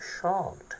shocked